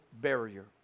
barrier